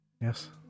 yes